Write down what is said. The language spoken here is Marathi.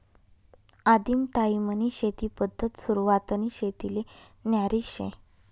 आदिम टायीमनी शेती पद्धत सुरवातनी शेतीले न्यारी शे